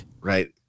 right